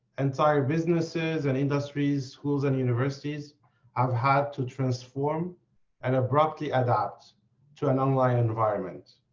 entire businesses and industries, schools and universities have had to transform and abruptly adapt to an online environment.